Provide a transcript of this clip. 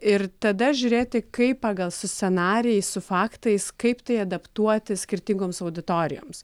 ir tada žiūrėti kaip pagal su scenarijais su faktais kaip tai adaptuoti skirtingoms auditorijoms